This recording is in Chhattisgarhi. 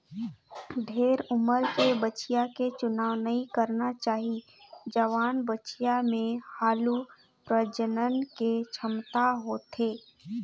ढेरे उमर के बछिया के चुनाव नइ करना चाही, जवान बछिया में हालु प्रजनन के छमता होथे